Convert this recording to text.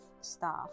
staff